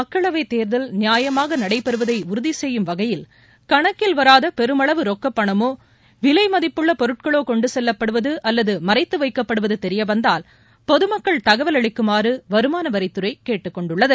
மக்களவைத் தேர்தல் நியாயமாக நடைபெறுவதை உறுதி செய்யும் வகையில் கணக்கில் வராத பெருமளவு ரொக்கப் பணமோ விலை மதிப்புள்ள பொருட்களோ கொண்டு செல்லப்படுவது அல்லது மறைத்து வைக்கப்படுவது தெரியவந்தால் பொதுமக்கள் தகவல் அளிக்குமாறு வருமானவரித்துறை கேட்டுக் கொண்டுள்ளது